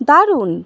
দারুণ